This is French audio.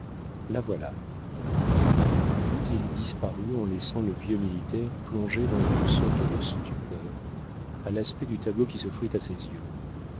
la voilà puis il disparut en laissant le vieux militaire plongé dans une sorte de stupeur à l'aspect du tableau qui s'offrit à ses yeux